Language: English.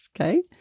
okay